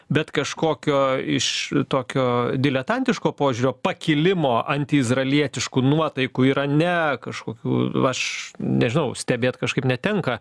bet kažkokio iš tokio diletantiško požiūrio pakilimo antiizraelietiškų nuotaikų yra ne kažkokių va aš nežinau stebėt kažkaip netenka